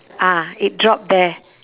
ah it drop there